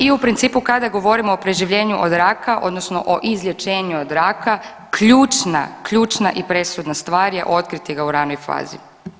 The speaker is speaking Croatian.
I u principu kada govorimo o preživljenju od raka odnosno o izlječenju od raka ključna, ključna i presudna stvar je otkriti ga u ranoj fazi.